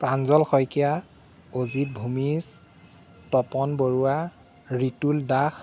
Pranjal Saikia Ajit Bhumij Tapan Baruah Ritul Das